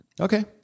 Okay